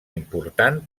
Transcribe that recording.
important